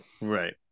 Right